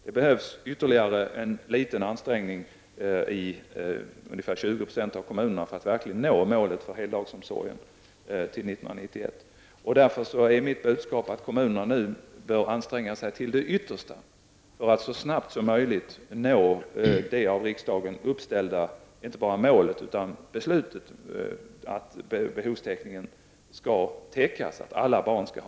Det behövs ytterligare en liten ansträngning i ungefär 20 % av kommunerna för att till 1991 verkligen nå målet för heldagsomsorgen. Mitt budskap är därför att kommunerna bör nu anstränga sig till det yttersta för att så snart som möjligt nå det av riksdagen uppställda målet och även det förverkliga vad som beslutats om full behovstäckning, att alla barn skall ha en plats inom barnomsorgen.